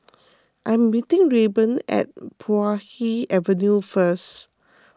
I am meeting Rayburn at Puay Hee Avenue first